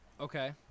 okay